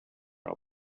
egg